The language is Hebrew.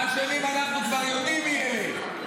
האשמים, אנחנו כבר יודעים מי הם.